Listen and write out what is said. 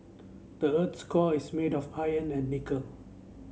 the earth's core is made of iron and nickel